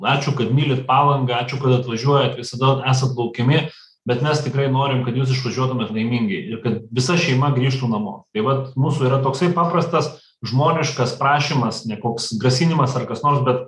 ačiū kad mylit palangą ačiū kad atvažiuojat visada esat laukiami bet mes tikrai norim kad jūs išvažiuotumėt laimingi kad visa šeima grįžtų namo tai vat mūsų yra toksai paprastas žmoniškas prašymas ne koks grasinimas ar kas nors bet